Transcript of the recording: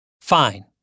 fine